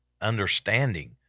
understanding